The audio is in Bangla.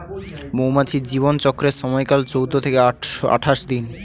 মৌমাছির জীবন চক্রের সময়কাল চৌদ্দ থেকে আঠাশ দিন